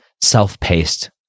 self-paced